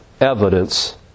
evidence